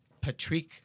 Patrick